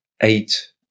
eight